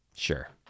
Sure